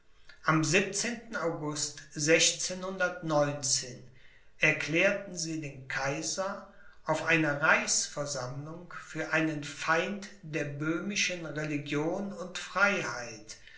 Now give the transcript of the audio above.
am august erklaerten sie den kaiser auf einer reichsversammlung für einen feind der böhmischen religion und freiheit